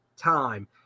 Time